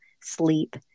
sleep